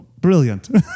Brilliant